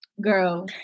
Girl